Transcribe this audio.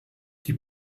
die